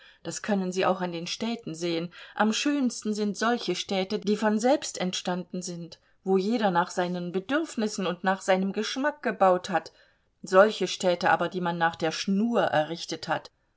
das können sie auch an den städten sehen am schönsten sind solche städte die von selbst entstanden sind wo jeder nach seinen bedürfnissen und nach seinem geschmack gebaut hat solche städte aber die man nach der schnur errichtet hat